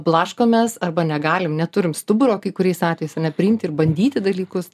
blaškomės arba negalim neturim stuburo kai kuriais atvejais ane priimti ir bandyti dalykus